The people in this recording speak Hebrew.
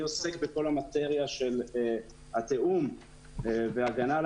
אני עוסק בכל המטריה של התיאום וההגנה על